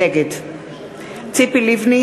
נגד ציפי לבני,